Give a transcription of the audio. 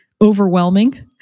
overwhelming